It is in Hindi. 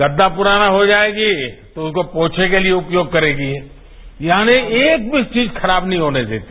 गद्मा पुराना हो जाएगा तो उसको पोषे के लिए उपयोग करेंगी यानी एक भी चीज खराब नहीं होने देती